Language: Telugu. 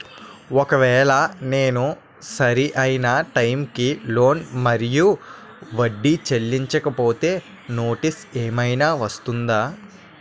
ఒకవేళ నేను సరి అయినా టైం కి లోన్ మరియు వడ్డీ చెల్లించకపోతే నోటీసు ఏమైనా వస్తుందా?